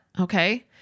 Okay